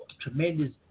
tremendous